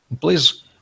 Please